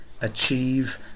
achieve